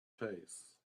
face